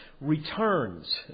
returns